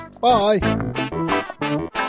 bye